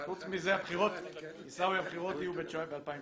חוץ מזה, עיסאווי, הבחירות יהיו ב-2019.